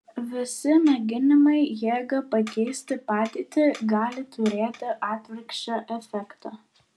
visi mėginimai jėga pakeisti padėtį gali turėti atvirkščią efektą